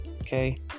okay